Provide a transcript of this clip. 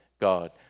God